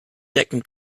second